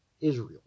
Israel